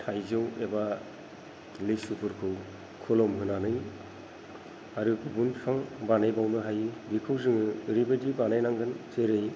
थाइजौ एबा लेसुफोरखौ खोलोम होनानै आरो गुबुन बिफां बानायबावनो हायो बेखौ जोङो ओरैबायदि बानायनांगोन जेरै